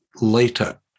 later